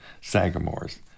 sagamores